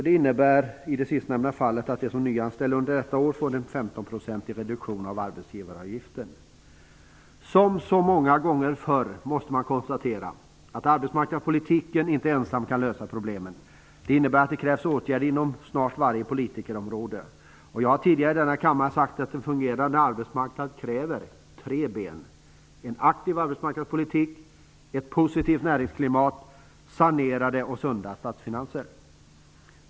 Det innebär i det sistnämnda fallet att de som nyanställer under detta år får 15 % reduktion av arbetsgivaravgiften. Som så många gånger förr måste man konstatera att arbetsmarknadspolitiken inte ensam kan lösa problemen. Det innebär att det krävs åtgärder inom snart varje politikerområde. Jag har tidigare i denna kammare sagt att en fungerande arbetsmarknad kräver ''tre ben'', nämligen: en aktiv arbetsmarknadspolitik, ett positivt näringsklimat, sanerade och sunda statsfinanser.